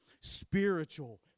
spiritual